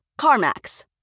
CarMax